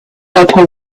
upper